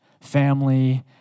family